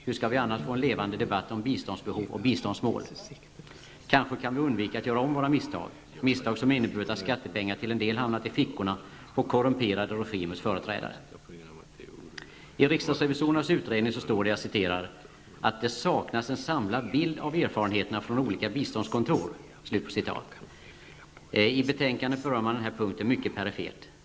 Hur skall vi annars få en levande debatt om biståndsbehov och biståndsmål? Kanske kan vi undvika att göra om våra misstag -- misstag som inneburit att skattepengar till en del hamnat i fickorna på korrumperade regimers företrädare. I riksdagsrevisorernas utredning står det att ''det saknas en samlad bild av erfarenheterna från olika biståndskontor''. I betänkandet berörs den punkten mycket perifert.